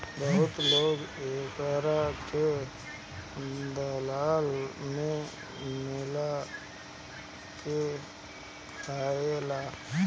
बहुत लोग एकरा के सलाद में मिला के खाएला